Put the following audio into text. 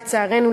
לצערנו,